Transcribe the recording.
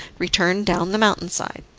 returned down the mountain side.